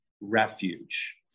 refuge